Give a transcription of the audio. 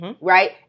Right